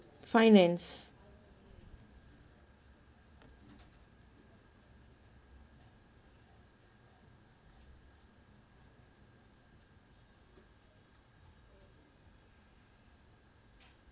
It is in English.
finance